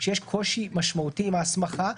שיש קושי משמעותי עם ההסכמה.